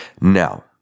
Now